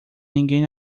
ninguém